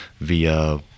via